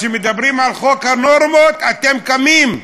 כשמדברים על חוק הנורמות אתם קמים,